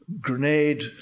Grenade